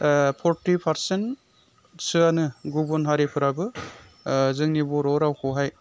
forty पारसेन्टसोआनो गुबुन हारिफोराबो जोंनि बर' रावखौहाय